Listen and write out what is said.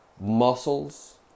muscles